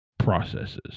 Processes